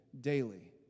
daily